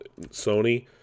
Sony